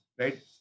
Right